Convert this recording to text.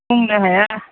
बुंनो हाया